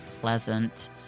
pleasant